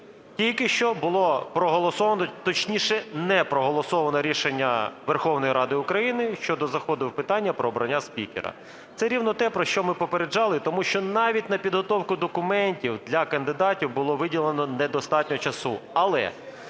Тільки що було проголосовано, точніше, не проголосовано рішення Верховної Ради України щодо заходу в питання про обрання спікера. Це рівно те, про що ми попереджали, тому що навіть на підготовку документів для кандидатів було виділено недостатньо часу.